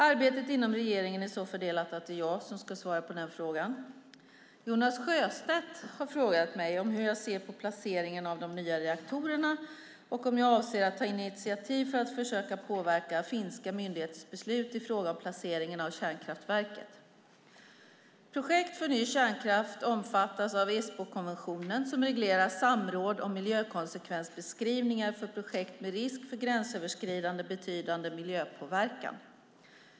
Arbetet inom regeringen är så fördelat att det är jag som ska svara på frågorna. Jonas Sjöstedt har frågat hur jag ser på placeringen av de nya reaktorerna och om jag avser att ta initiativ för att försöka påverka finska myndigheters beslut i fråga om placeringen av kärnkraftverket. Projekt för ny kärnkraft omfattas av Esbokonventionen som reglerar samråd om miljökonsekvensbeskrivningar för projekt med risk för gränsöverskridande betydande miljöpåverkan.